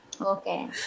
Okay